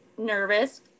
nervous